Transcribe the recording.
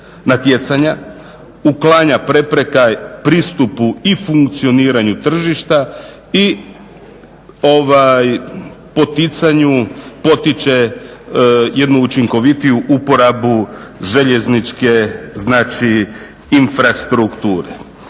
natjecanja, uklanja prepreke pristupu i funkcioniranju tržišta i potiče jednu učinkovitiju uporabu željezničke infrastrukture.